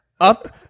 up